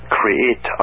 create